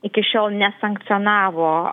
iki šiol nesankcionavo